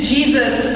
Jesus